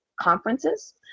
conferences